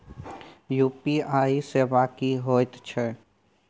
UPI सेवा की होयत छै?